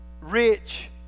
rich